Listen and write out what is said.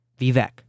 Vivek